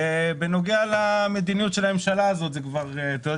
ובנוגע למדיניות של הממשלה הזאת אתה יודע,